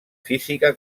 física